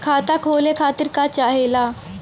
खाता खोले खातीर का चाहे ला?